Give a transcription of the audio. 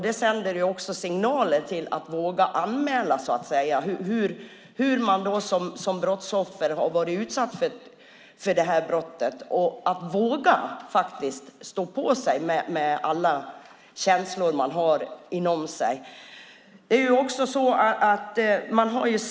Det sänder signaler när det gäller att våga anmäla - hur en som varit utsatt för brottet vågar stå på sig, med alla de känslor man har inom sig.